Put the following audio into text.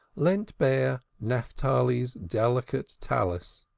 lent bear naphtali's delicate talith,